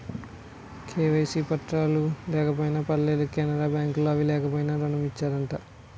KYC పత్రాలు లేకపోయినా పర్లేదు కెనరా బ్యాంక్ లో అవి లేకపోయినా ఋణం ఇత్తారట